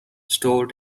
store